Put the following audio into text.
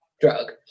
drug